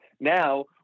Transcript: Now